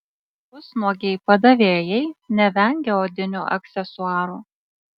pusnuogiai padavėjai nevengia odinių aksesuarų